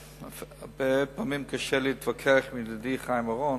הרבה פעמים קשה להתווכח עם ידידי חיים אורון,